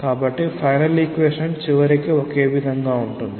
కాబట్టిఫైనల్ equation చివరికి ఒకే విధంగా ఉంటుంది